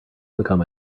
become